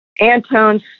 Antone's